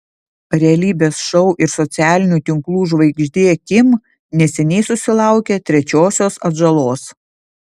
realybės šou ir socialinių tinklų žvaigždė kim neseniai susilaukė trečiosios atžalos